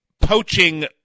poaching